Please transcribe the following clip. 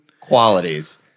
qualities